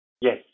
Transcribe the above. Yes